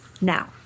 Now